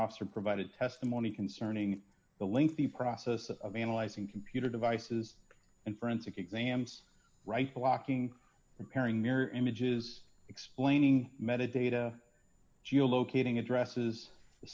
officer provided testimony concerning the lengthy process of analyzing computer devices and forensic exams right blocking repairing mirror images explaining method data locating addresses the